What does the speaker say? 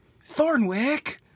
Thornwick